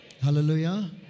Hallelujah